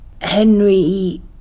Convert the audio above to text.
Henry